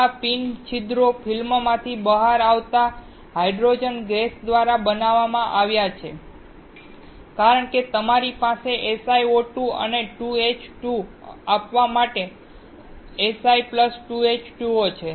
આ પિન છિદ્રો ફિલ્મમાંથી બહાર આવતા હાઇડ્રોજન ગેસ દ્વારા બનાવવામાં આવ્યા છે કારણ કે તમારી પાસે SiO2 અને 2H2 આપવા માટે Si 2H2O છે